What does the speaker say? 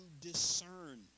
discern